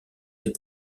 les